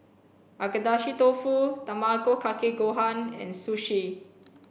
Agedashi Dofu Tamago Kake Gohan and Sushi